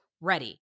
ready